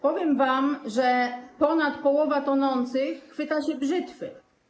Powiem wam, że ponad połowa tonących chwyta się brzytwy.